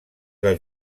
del